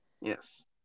Yes